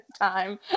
time